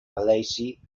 alesi